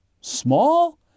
small